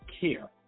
care